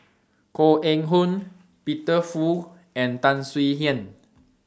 Koh Eng Hoon Peter Fu and Tan Swie Hian